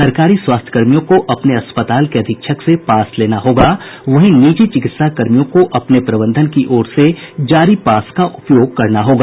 सरकारी स्वास्थ्यकर्मियों को अपने अस्पताल के अधीक्षक से पास लेना होगा वहीं निजी चिकित्सा कर्मियों को अपने प्रबंधन की ओर से जारी पास का उपयोग करना होगा